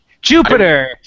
Jupiter